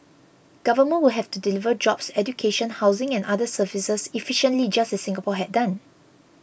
governments would have to deliver jobs education housing and other services efficiently just as Singapore had done